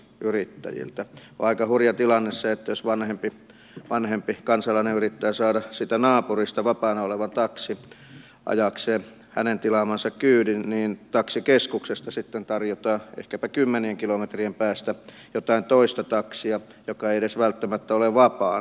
on aika hurja tilanne se että jos vanhempi kansalainen yrittää saada siitä naapurista vapaana olevan taksin ajamaan hänen tilaamansa kyydin niin taksikeskuksesta sitten tarjotaan ehkäpä kymmenien kilometrien päästä jotain toista taksia joka ei edes välttämättä ole vapaana